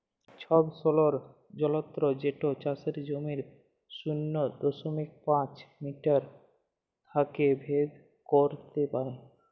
ছবছৈলর যলত্র যেট চাষের জমির শূন্য দশমিক পাঁচ মিটার থ্যাইকে ভেদ ক্যইরতে পারে